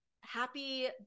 Happy